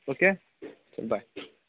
okay bye